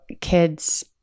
kids